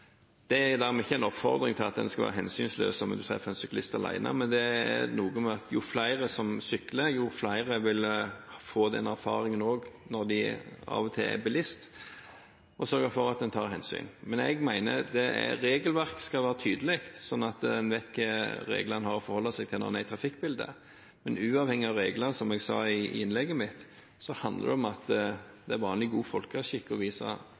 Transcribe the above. Det er dermed ikke en oppfordring til at en skal være hensynsløs om en treffer en syklist alene, men det er noe med at jo flere som sykler, jo flere vil få den erfaringen også når de av og til er bilist og sørge for å ta hensyn. Jeg mener at regelverk skal være tydelig, slik at en vet hvilke regler en har å forholde seg til når en er i trafikken. Men uavhengig av reglene, som jeg sa i innlegget mitt, så handler det om at det er vanlig god folkeskikk å vise ansvar og